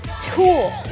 tool